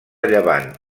llevant